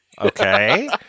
Okay